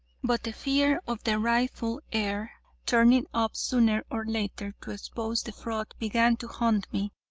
but the fear of the rightful heir turning up sooner or later to expose the fraud began to haunt me,